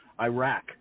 Iraq